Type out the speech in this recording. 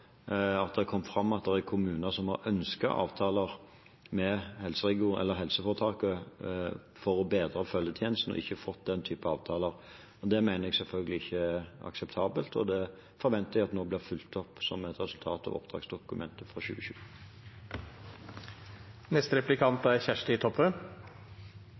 at det har kommet fram at det er kommuner som har ønsket avtaler med helseforetaket for å bedre følgetjenesten, som ikke har fått den type avtaler. Det mener jeg selvfølgelig ikke er akseptabelt, og det forventer jeg nå blir fulgt opp som et resultat av oppdragsdokumentet for 2020.